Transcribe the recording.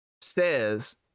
says